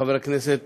חברי הכנסת